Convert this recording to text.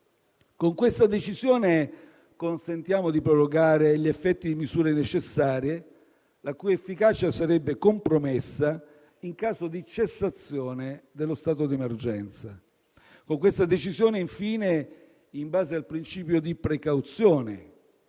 Con questa decisione consentiamo di prorogare gli effetti di misure necessarie la cui efficacia sarebbe compromessa in caso di cessazione dello stato di emergenza. Con questa decisione, infine, in base al principio di precauzione,